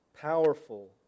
powerful